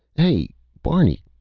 hey, barney,